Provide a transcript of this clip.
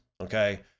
Okay